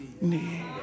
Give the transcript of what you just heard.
need